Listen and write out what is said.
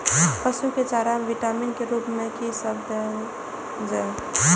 पशु के चारा में विटामिन के रूप में कि सब देल जा?